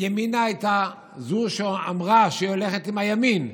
ימינה הייתה זו שאמרה שהיא הולכת עם הימין,